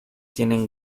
tienen